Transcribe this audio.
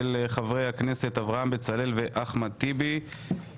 של חברי הכנסת אברהם בצלאל ואחמד טיבי.